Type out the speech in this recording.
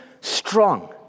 strong